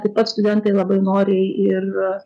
taip pat studentai labai noriai ir